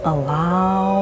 Allow